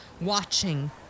watching